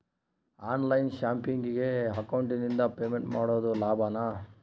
On line ಶಾಪಿಂಗಿಗೆ ಅಕೌಂಟಿಂದ payment ಮಾಡೋದು ಲಾಭಾನ?